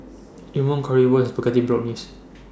Imoni Currywurst Spaghetti Bolognese